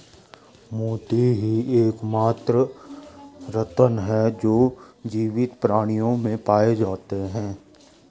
मोती ही एकमात्र रत्न है जो जीवित प्राणियों में पाए जाते है